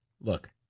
look